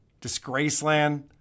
Disgraceland